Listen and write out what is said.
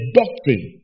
doctrine